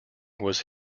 was